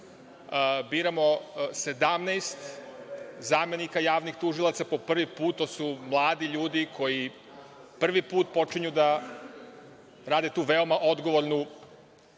Biramo 17 zamenika javnih tužilaca po prvi put. To su mladi ljudi koji prvi put počinju da rade tu veoma odgovornu